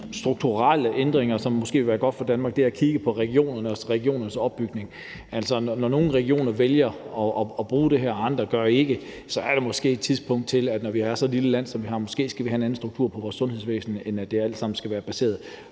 strukturelle ændringer, som måske vil være god for Danmark, handler om at kigge på regionerne og regionernes opbygning. Altså, når nogle regioner vælger at bruge det her, mens andre ikke gør, så er det måske tid til, når vi er så lille et land, som vi er, at se på, om vi skal have en anden struktur i vores sundhedsvæsen end en, hvor det alt sammen skal være baseret